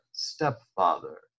stepfather